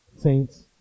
saints